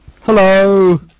Hello